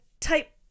type